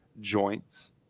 joints